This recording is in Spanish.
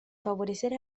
favorecer